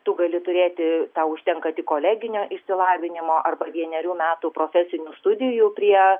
tu gali turėti tau užtenka tik koleginio išsilavinimo arba vienerių metų profesinių studijų prie